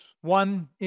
one